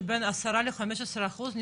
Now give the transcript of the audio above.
שבין עשרה ל-15 אחוז,